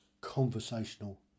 conversational